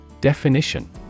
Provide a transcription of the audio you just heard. Definition